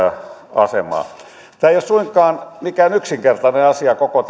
asemaa tämä ei ole suinkaan mikään yksinkertainen asia koko